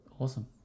awesome